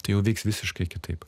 tai jau veiks visiškai kitaip